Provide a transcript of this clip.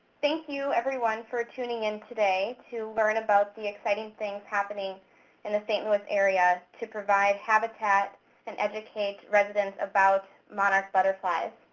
thank you everyone for tuning in today to learn about the exciting things happening in the st. louis area, to provide habitat and educate residents about monarch butterflies.